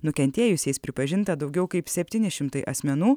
nukentėjusiais pripažinta daugiau kaip septyni šimtai asmenų